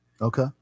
Okay